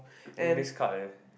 then next card eh